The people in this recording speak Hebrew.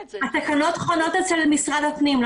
התקנות חונות במשרד הפנים.